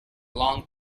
long